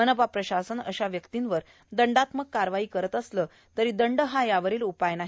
मनपा प्रशासन अशा व्यक्तींवर दंडात्मक कारवाई करत असले तरी दंड हा यावरील उपाय नाही